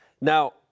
Now